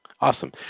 Awesome